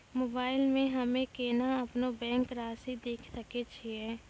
Mobile मे हम्मय केना अपनो बैंक रासि देखय सकय छियै?